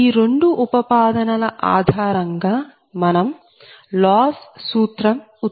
ఈ రెండు ఉపపాదనల ఆధారంగా మనం లాస్ సూత్రం ఉత్పన్నం చేస్తాము